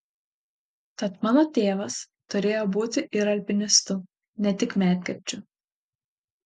tad mano tėvas turėjo būti ir alpinistu ne tik medkirčiu